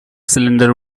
cylinder